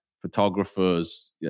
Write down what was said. Photographers